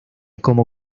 como